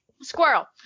Squirrel